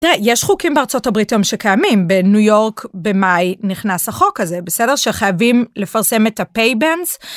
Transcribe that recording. תראה, יש חוקים בארה״ב שקיימים, בניו יורק במאי נכנס החוק הזה, בסדר, שחייבים לפרסם את ה-pay bands.